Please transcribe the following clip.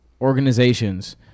organizations